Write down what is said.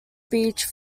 beach